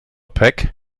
pak